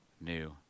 new